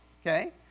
Okay